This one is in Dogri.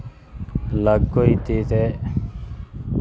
लग्ग होई जंदे ते